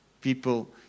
People